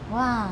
!wah!